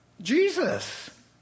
Jesus